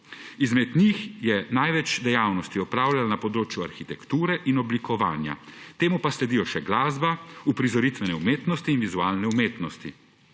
Izmed njih je največ dejavnosti opravljanih na področju arhitekture in oblikovanja, temu pa sledijo še glasba, uprizoritvene umetnosti in vizualne umetnosti.